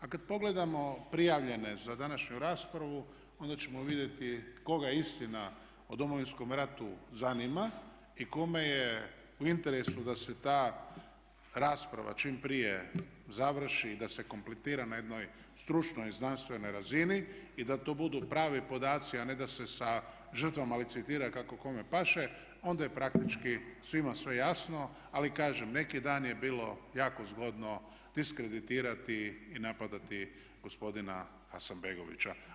A kada pogledamo prijavljene za današnju raspravu onda ćemo vidjeti koga istina o Domovinskom ratu zanima i kome je u interesu da se ta rasprava čim prije završi i da se kompletira na jednoj stručnoj, znanstvenoj razini i da to budu pravi podaci a ne da se sa žrtvama licitira kako kome paše onda je praktički svima sve jasno ali kažem neki dan je bilo jako zgodno diskreditirati i napadati gospodina Hasanbegovića.